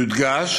יודגש